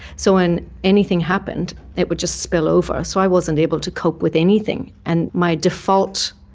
so when anything happened it would just spill over, so i wasn't able to cope with anything, and my default